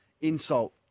insult